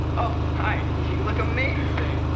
oh, hi, you look amazing.